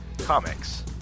Comics